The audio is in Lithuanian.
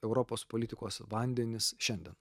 europos politikos vandenis šiandien